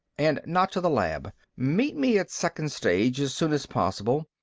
and not to the lab. meet me at second stage as soon as possible.